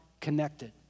connected